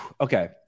Okay